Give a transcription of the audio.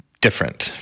different